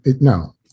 no